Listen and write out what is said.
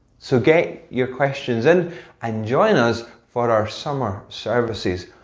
so get your questions in and join us for our summer services.